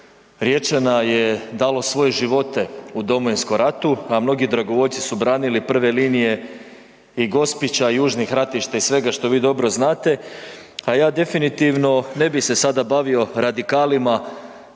Riječana je dalo svoje živote u Domovinskom ratu, a mnogi dragovoljci su branili prve linije i Gospića i južnih ratišta i svega što vi dobro znate, a ja definitivno ne bi se sada bavio radikalima